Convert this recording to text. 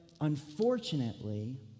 unfortunately